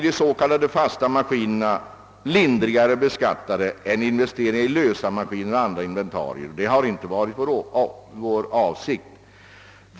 De s.k. fasta maskinerna blir på det sättet lindrigare beskattade än investeringar i lösa maskiner och andra inventarier.